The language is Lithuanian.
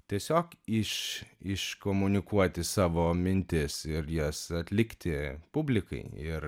tiesiog iš iškomunikuoti savo mintis ir jas atlikti publikai ir